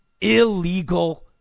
illegal